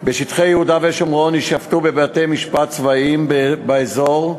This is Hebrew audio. בשטחי יהודה ושומרון יישפטו בבתי-משפט צבאיים באזור,